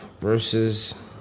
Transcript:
versus